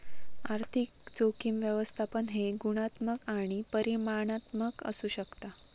आर्थिक जोखीम व्यवस्थापन हे गुणात्मक आणि परिमाणात्मक असू शकता